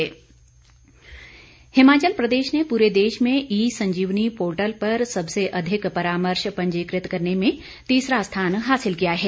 ई संजीवनी हिमाचल प्रदेश ने पूरे देश में ई संजीवनी पोर्टल पर सबसे अधिक परामर्श पंजीकृत करने में तीसरा स्थान हासिल किया है